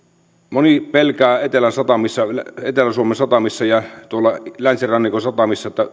moni pelkää etelä suomen satamissa ja tuolla länsirannikon satamissa